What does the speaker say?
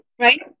right